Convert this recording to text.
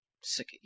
sick